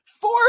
Four